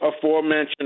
aforementioned